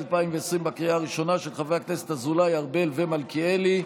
של חבר הכנסת אזולאי.